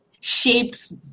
shapes